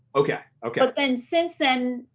okay, okay. but then, since then,